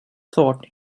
thought